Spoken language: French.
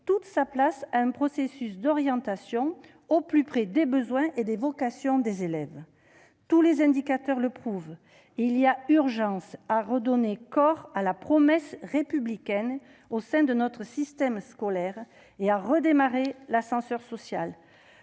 toute sa place à un processus d'orientation au plus près des besoins et des vocations des élèves. Tous les indicateurs le prouvent : il est urgent de redonner corps à la promesse républicaine au sein de notre système scolaire, il est urgent de redémarrer l'ascenseur social